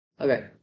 okay